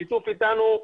בשיתוף אתנו,